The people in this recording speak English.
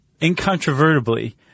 incontrovertibly